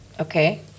Okay